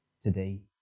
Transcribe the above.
today